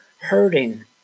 hurting